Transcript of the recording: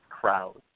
crowds